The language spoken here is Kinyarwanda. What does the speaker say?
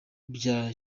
bya